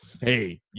hey